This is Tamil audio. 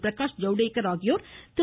பிரகாஷ் ஜவ்தேக்கர் ஆகியோர் திரு